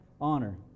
Honor